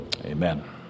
amen